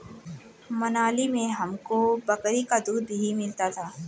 मनाली में हमको बकरी का दूध ही मिलता था